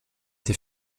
été